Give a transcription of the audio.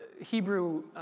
Hebrew